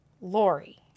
Lori